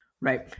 Right